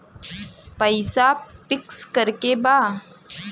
पैसा पिक्स करके बा?